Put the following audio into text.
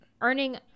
earning